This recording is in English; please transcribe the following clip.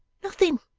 nothing